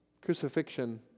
Crucifixion